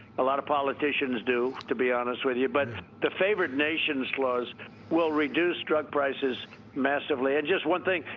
a lot of politicians do, to be honest with you. but the favored nations clause will reduce drug prices massively. and just one thing,